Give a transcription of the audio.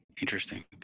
Interesting